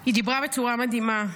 היא דיברה בצורה מדהימה.